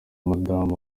madame